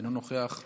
אינו נוכח,